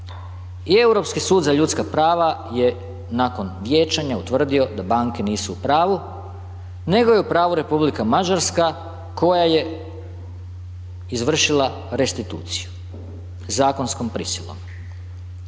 I Europski sud za ljudska prava je nakon vijećanja utvrdio da banke nisu u pravu nego je u pravu Republika Mađarska koja je izvršila restituciju zakonskom prisilom.